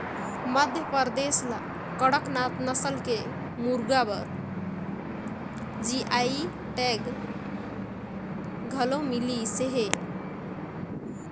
मध्यपरदेस ल कड़कनाथ नसल के मुरगा बर जी.आई टैग घलोक मिलिसे